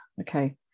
Okay